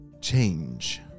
change